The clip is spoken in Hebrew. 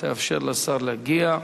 תאפשר לשר להגיע.